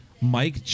Mike